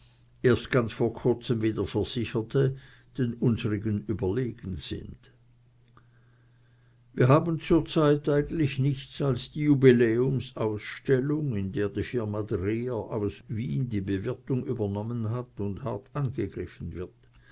erst ganz vor kurzem wieder versicherte den unsrigen überlegen sind wir haben zur zeit eigentlich nichts als die jubiläumsausstellung in der die firma dreher aus wien die bewirtung übernommen hat und hart angegriffen wird